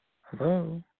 Hello